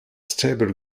stable